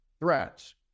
threats